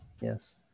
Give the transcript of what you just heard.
yes